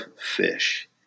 fish